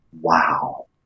Wow